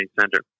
center